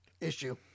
issue